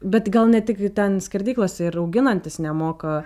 bet gal ne tik ten skerdyklose ir auginantys nemoka